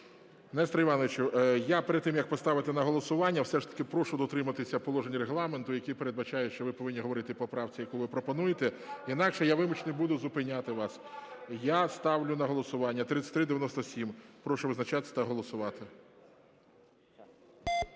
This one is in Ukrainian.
Несторе Івановичу, я перед тим, як поставити на голосування, все ж таки прошу дотримуватися положень Регламенту, який передбачає, що ви повинні говорити по правці, яку ви пропонуєте, інакше я вимушений буду зупиняти вас. Я ставлю на голосування 3397. Прошу визначатись та голосувати.